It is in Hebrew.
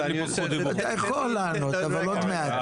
אתה יכול לענות, אבל עוד מעט.